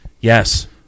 Yes